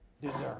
deserve